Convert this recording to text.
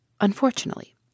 Unfortunately